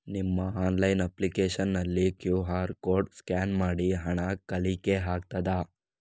ನಿಮ್ಮ online application ನಲ್ಲಿ QR code scan ಮಾಡಿ ಹಣ ಕಟ್ಲಿಕೆ ಆಗ್ತದ?